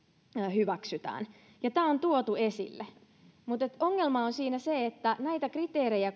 hyväksytään tämä on tuotu esille mutta ongelma siinä on se että näitä kriteerejä